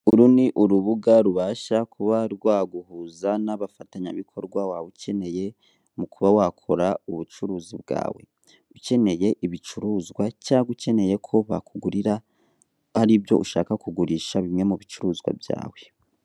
Uru ni urubuga rubasha kuba rwaguhuza n'abafatanyabikorwa waba ukeneye mu kuba wakora ubucuruzi bwawe, ukeneye ibicuruzwa cyangwa ukeneye ko bakugurira hari ibyo ushaka kugurisha bimwe mu bicuruzwa byawe.